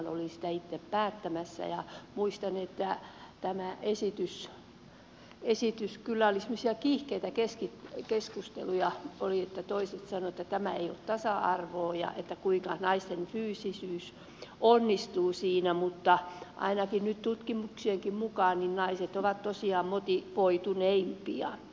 olin siitä itse päättämässä ja muistan että tästä esityksestä kyllä oli semmoisia kiihkeitä keskusteluja että toiset sanoivat että tämä ei ole tasa arvoa ja kuinka naisten fyysisyys onnistuu siinä mutta ainakin nyt tutkimuksienkin mukaan naiset ovat tosiaan motivoituneimpia